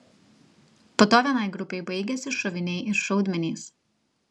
po to vienai grupei baigėsi šoviniai ir šaudmenys